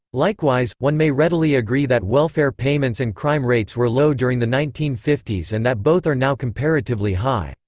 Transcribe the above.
likewise, one may readily agree that welfare payments and crime rates were low during the nineteen fifty s and that both are now comparatively high.